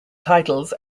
titles